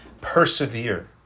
persevere